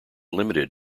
limited